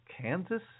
Kansas